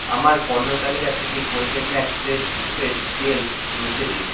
আমার পণ্য তালিকা থেকে Colgate Max Fresh toothpaste gel মুছে দিন